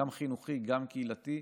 גם חינוכי, גם קהילתי,